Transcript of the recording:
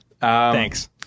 Thanks